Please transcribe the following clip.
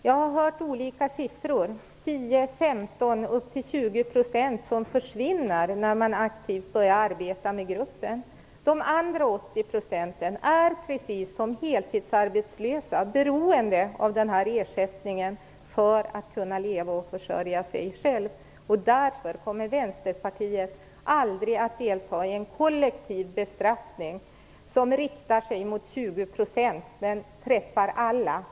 Jag har hört olika siffror om att det skulle vara 10 15 % och upp till 20 % som försvinner när man aktivt börjar arbeta med gruppen. Resterande 80 % är precis som heltidsarbetslösa beroende av den här ersättningen för att kunna leva och försörja sig själva. Därför kommer Vänsterpartiet aldrig att delta i en kollektiv bestraffning som riktar sig mot 20 % men träffar alla.